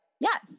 Yes